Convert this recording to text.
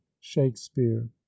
shakespeare